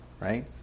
right